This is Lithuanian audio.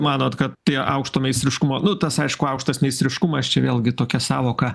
manot kad tie aukšto meistriškumo nu tas aišku aukštas meistriškumas čia vėlgi tokia sąvoka